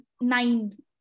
nine